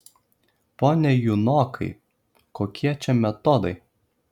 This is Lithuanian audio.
pone junokai kokie čia metodai